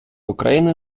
україни